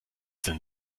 denn